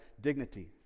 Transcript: dignity